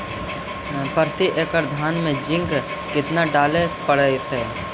प्रती एकड़ धान मे जिंक कतना डाले पड़ताई?